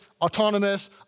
autonomous